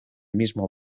mismo